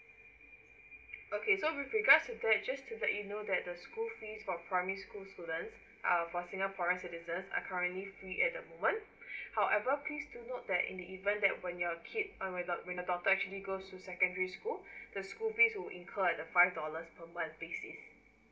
okay so with regards to that just to let you know that the school fee for primary school students uh for singaporeans citizens are currently free at the moment however please to to note that in the event that when your kid um when your daug~ when your daughter actually goes to secondary school the school fee will incur at the five dollars per month basic